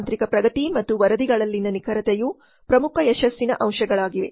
ತಾಂತ್ರಿಕ ಪ್ರಗತಿ ಮತ್ತು ವರದಿಗಳಲ್ಲಿನ ನಿಖರತೆಯು ಪ್ರಮುಖ ಯಶಸ್ಸಿನ ಅಂಶಗಳಾಗಿವೆ